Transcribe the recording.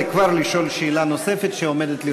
כבר לשאול שאלה נוספת שעומדת לרשותה.